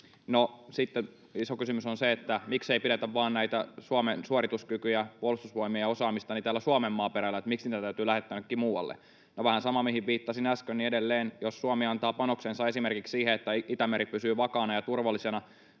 No sitten iso kysymys on se, että miksei pidetä vain näitä Suomen suorituskykyjä, Puolustusvoimien osaamista täällä Suomen maaperällä, että miksi niitä täytyy lähettää jonnekin muualle. No vähän sama, mihin viittasin äsken, eli edelleen jos Suomi antaa panoksensa esimerkiksi siihen, että Itämeri pysyy vakaana ja turvallisena